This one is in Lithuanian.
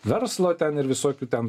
verslo ten ir visokių ten